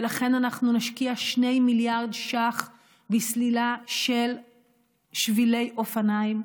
ולכן אנחנו נשקיע 2 מיליארד שקל בסלילה של שבילי אופניים,